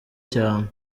cyane